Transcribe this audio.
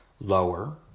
lower